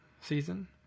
season